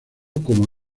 como